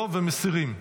לא, ומסירים.